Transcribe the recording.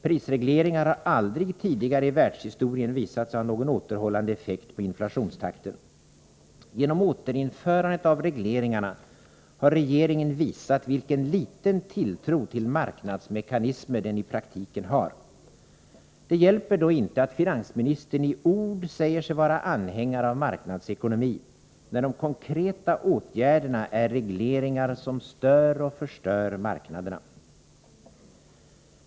Prisregleringar har aldrig tidigare i världshistorien visat sig ha någon återhållande effekt på inflationstakten. Genom återinförandet av regleringarna har regeringen visat vilken liten tilltro till marknadsmekanismer den i praktiken har. Det hjälper då inte att finansministern i ord säger sig vara anhängare av marknadsekonomi, när de konkreta åtgärderna är regleringar som stör och förstör marknaderna.